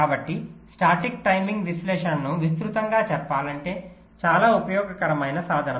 కాబట్టి static timing విశ్లేషణను విస్తృతంగా చెప్పాలంటే చాలా ఉపయోగకరమైన సాధనం